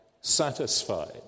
satisfied